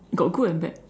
got good and bad